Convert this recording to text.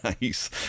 nice